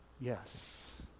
yes